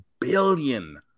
billion